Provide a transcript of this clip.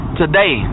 today